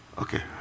Okay